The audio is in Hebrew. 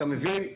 אתה מבין?